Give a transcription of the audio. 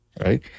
Right